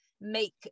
make